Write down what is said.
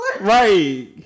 Right